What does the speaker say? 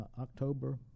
October